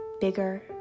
bigger